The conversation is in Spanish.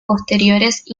posteriores